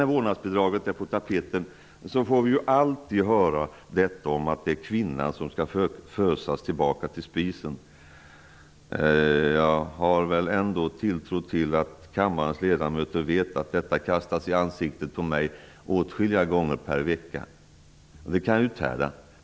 När vårdnadsbidraget är på tapeten får vi alltid höra att det är kvinnan som skall fösas tillbaka till spisen. Jag har ändå tilltro till att kammarens ledamöter vet att detta kastas i ansiktet på mig åtskilliga gånger per vecka. Det kan jag uthärda.